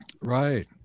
Right